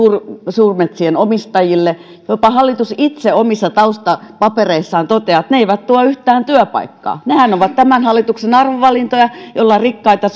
suurmetsänomistajille jopa hallitus itse omissa taustapapereissaan toteaa että ne eivät tuo yhtään työpaikkaa nehän ovat tämän hallituksen arvovalintoja joilla rikkaita